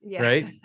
Right